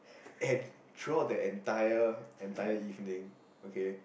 and throughout the entire entire evening okay